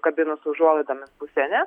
kabinų su užuolaidomis pusę ne